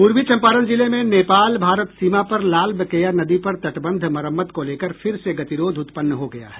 पूर्वी चंपारण जिले में नेपाल भारत सीमा पर लालबकेया नदी पर तटबंध मरम्मत को लेकर फिर से गतिरोध उत्पन्न हो गया है